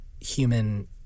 human